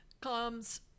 comes